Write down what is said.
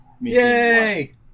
Yay